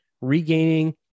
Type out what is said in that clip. regaining